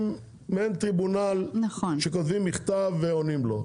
מעין טריבונל שכותבים מכתב ועונים לו.